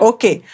Okay